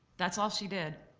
that's all she did,